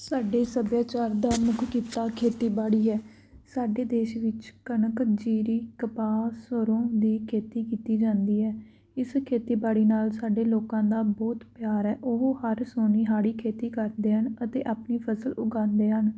ਸਾਡੇ ਸੱਭਿਆਚਾਰ ਦਾ ਮੁੱਖ ਕਿੱਤਾ ਖੇਤੀਬਾੜੀ ਹੈ ਸਾਡੇ ਦੇਸ਼ ਵਿੱਚ ਕਣਕ ਜੀਰੀ ਕਪਾਹ ਸਰ੍ਹੋਂ ਦੀ ਖੇਤੀ ਕੀਤੀ ਜਾਂਦੀ ਹੈ ਇਸ ਖੇਤੀਬਾੜੀ ਨਾਲ ਸਾਡੇ ਲੋਕਾਂ ਦਾ ਬਹੁਤ ਪਿਆਰ ਹੈ ਉਹ ਹਰ ਸੋਹਣੀ ਹਾੜੀ ਖੇਤੀ ਕਰਦੇ ਹਨ ਅਤੇ ਆਪਣੀ ਫਸਲ ਉਗਾਉਂਦੇ ਹਨ